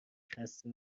خسته